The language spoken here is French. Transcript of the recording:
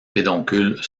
pédoncules